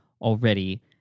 already